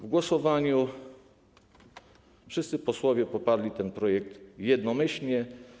W głosowaniu wszyscy posłowie poparli ten projekt jednomyślnie.